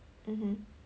mmhmm